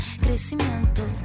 crecimiento